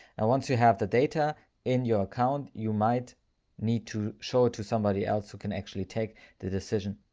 and once you have the data in your account, you might need to show to somebody else who can actually take the decisions.